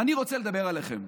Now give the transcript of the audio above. ואני רוצה לדבר אליכם: